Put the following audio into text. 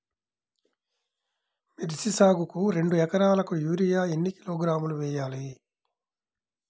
మిర్చి సాగుకు రెండు ఏకరాలకు యూరియా ఏన్ని కిలోగ్రాములు వేయాలి?